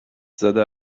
زده